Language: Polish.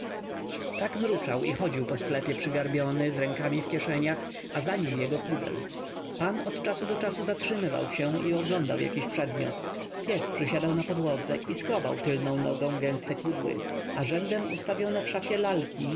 tak mruczał i chodził po sklepie przygarbiony z rękoma w kieszeniach a za nim jego pudel pan od czasu do czasu zatrzymywał się i oglądał jakiś przedmiot pies przysiadał na podłodze i skrobał tylną nogą gęste kudły a rzędem ustawione w szafie lalki